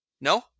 No